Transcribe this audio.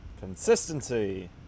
Consistency